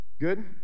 Good